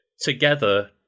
together